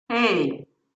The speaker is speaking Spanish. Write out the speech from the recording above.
hey